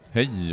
Hej